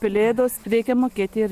pelėdos reikia mokėti ir